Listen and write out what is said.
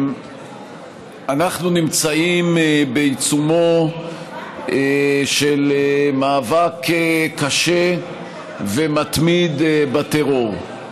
אנחנו נמצאים בעיצומו של מאבק קשה ומתמיד בטרור.